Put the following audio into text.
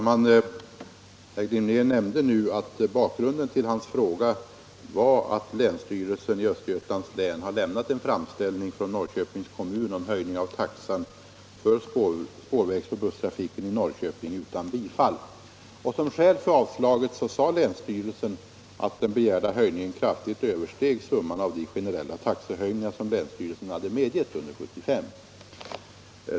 Herr Glimnér nämnde nu att bakgrunden till hans fråga var att länsstyrelsen i Östergötlands län har lämnat utan bifall en framställning från Norrköpings kommun om höjning av taxan för spårvägsoch busstrafiken i Norrköping utan bifall. Som skäl för avslaget anförde länsstyrelsen att den begärda höjningen kraftigt översteg summan av de generella taxehöjningar som länsstyrelsen hade medgivit under 1975.